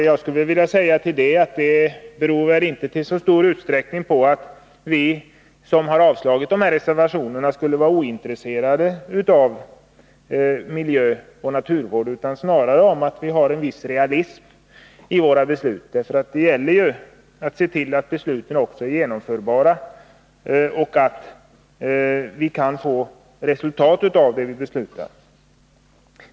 Jag skulle med anledning härav vilja säga att det väl inte i så stor utsträckning beror på att vi som avslagit reservationerna skulle vara ointresserade av miljöoch naturvård utan snarare på att vi har en viss realism i vår bedömning. Det gäller ju också att se till att besluten är genomförbara och att vi kan få resultat av det som vi beslutar om.